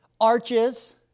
Arches